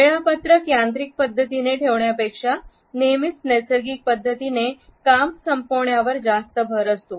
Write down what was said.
वेळापत्रक यांत्रिक पद्धतीने ठेवण्यापेक्षा नेहमीच नैसर्गिक पद्धतीने काम संपवण्यावर जास्त भर असतो